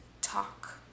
talk